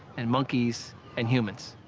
and monkeys and humans.